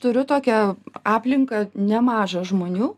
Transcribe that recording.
turiu tokią aplinką nemažą žmonių